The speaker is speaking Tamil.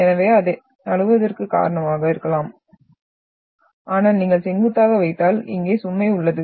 எனவே அது நழுவுவதற்கு காரணமாக இருக்கலாம் ஆனால் நீங்கள் செங்குத்தாக வைத்தால் இங்கே சுமை உள்ளது